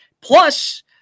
Plus